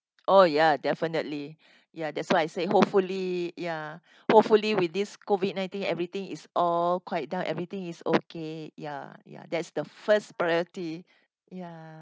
oh ya definitely ya that's why I say hopefully ya hopefully with this COVID nineteen everything is all quiet down everything is okay ya ya that's the first priority ya